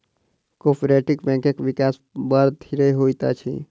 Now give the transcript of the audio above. cooperative बैंकक विकास बड़ धीरे होइत अछि